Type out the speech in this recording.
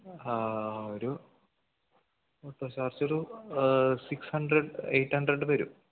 ആ ഒരു auto charge ഒരു സിക്സ് ഹൺഡ്രഡ് എയിറ്റ് ഹൺഡ്രഡ് വരും